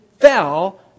fell